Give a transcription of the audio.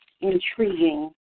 intriguing